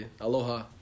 aloha